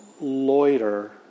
loiter